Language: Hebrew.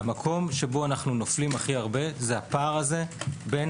המקום שבו אנחנו נופלים הכי הרבה זה הפער בין